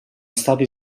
stati